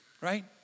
Right